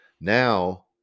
Now